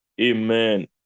Amen